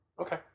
Okay